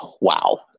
Wow